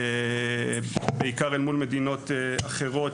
בעיקר מול מדינות אחרות.